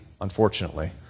unfortunately